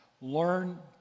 Learn